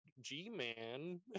G-man